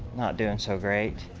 not doing so great.